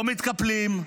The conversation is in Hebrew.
לא מתקפלים,